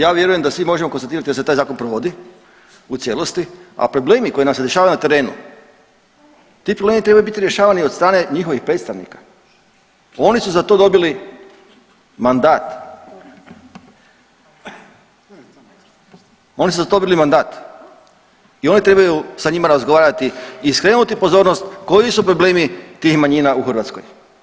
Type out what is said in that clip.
Ja vjerujem da svi možemo konstatirati da se taj zakon provodi u cijelosti, a problemi koji nam se dešavaju na terenu ti problemi trebaju biti rješavani od strane njihovih predstavnika, oni su za to dobili mandat, oni su za to dobili mandat i oni trebaju sa njima razgovarati i skrenuti pozornost koji su problemi tih manjina u Hrvatskoj.